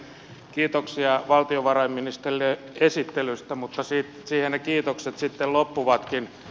kiitoksia valtiovarainministerille esittelystä mutta siihen ne kiitokset sitten loppuvatkin